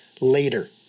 later